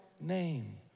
name